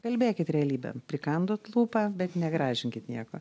kalbėkit realybę prikandot lūpą bet negražinkit nieko